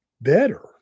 better